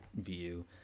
view